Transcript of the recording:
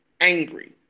angry